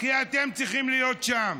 כי אתם צריכים להיות שם.